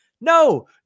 no